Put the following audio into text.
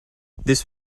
this